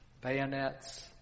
bayonets